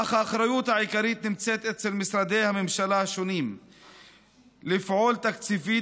אך האחריות העיקרית נמצאת אצל משרדי הממשלה השונים לפעול תקציבית,